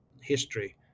history